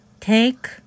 Take